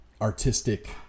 artistic